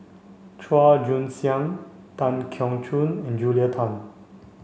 Chua Joon Siang Tan Keong Choon and Julia Tan